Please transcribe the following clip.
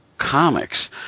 comics